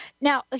Now